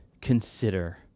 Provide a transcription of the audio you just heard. consider